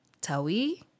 Tawi